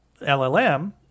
llm